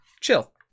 chill